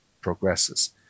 progresses